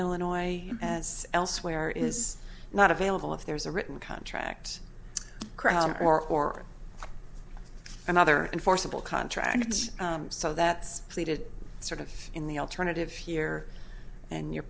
llinois as elsewhere is not available if there is a written contract crowd or or another enforceable contract so that's pleaded sort of in the alternative here and you're